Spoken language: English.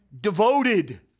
Devoted